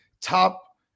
top